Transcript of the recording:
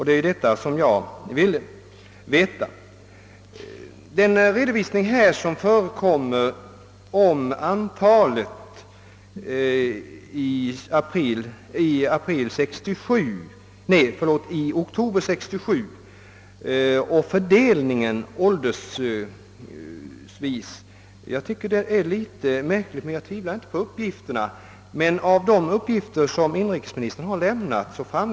Det är en sådan redovisning som min interpellation syftade till. De uppgifter om åldersfördelningen bland eleverna i arbetsmarknadsutbildning i oktober 1967 som lämnas i svaret finner jag något märkliga.